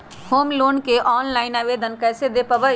Home loan के online आवेदन कैसे दें पवई?